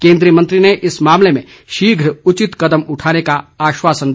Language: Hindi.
केंद्रीय मंत्री ने इस मामले में शीघ्र उचित कदम उठाने का आश्वासन दिया